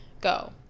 Go